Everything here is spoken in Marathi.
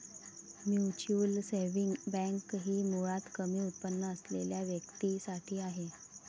म्युच्युअल सेव्हिंग बँक ही मुळात कमी उत्पन्न असलेल्या व्यक्तीं साठी आहे